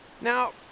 Now